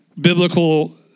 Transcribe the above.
biblical